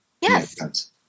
yes